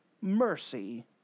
mercy